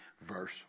verse